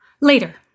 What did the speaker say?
Later